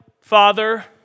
Father